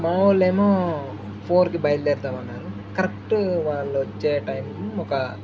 మన వాళ్లేమో ఫోర్కి బయలుదేరుతాం అన్నారు కరెక్ట్ వాళ్ళు వచ్చే టైం ఒక